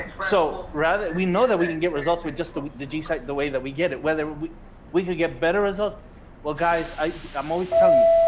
so rather, we know that we can get results with just the the g site, the way that we get it whether we we could get better results. well, guys, i'm always telling you,